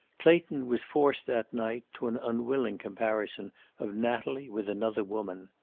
clayton was forced, that night, to an unwilling comparison of natalie with another woman.